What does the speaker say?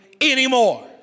anymore